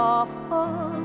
Awful